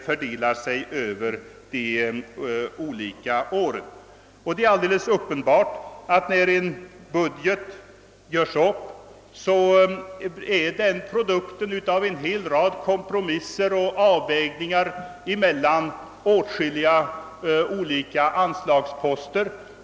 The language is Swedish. Fördelningen över de olika åren är däremot inte lika viktig. En budget som görs upp är produkten av en hel rad kompromisser och avvägningar mellan olika anslagsposter.